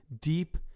deep